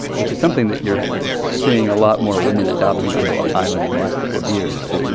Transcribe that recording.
which is something that you're seeing a lot more women adopting on the island in the last couple of years to, you